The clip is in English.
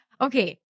Okay